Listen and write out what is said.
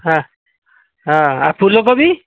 ହା ହଁ ଆଉ ଫୁଲକୋବି